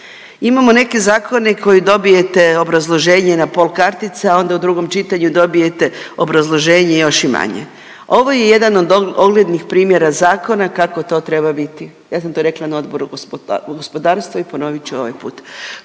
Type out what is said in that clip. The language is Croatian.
Imamo neke zakone koje dobijete obrazloženje na pol kartice, a onda u drugom čitanju dobijete obrazloženje još i manje. Ovo je jedan od oglednih primjera zakona kako to treba biti. Ja sam to rekla na Odboru gospodarstva i ponovit ću ovaj put.